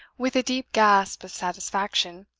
with a deep gasp of satisfaction.